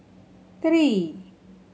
three